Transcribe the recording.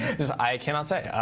just i cannot say.